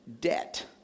debt